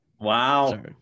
Wow